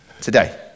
today